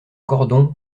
cordon